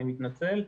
אני מתנצל.